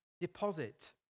deposit